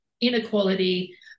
inequality